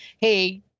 hey